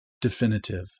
definitive